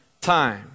time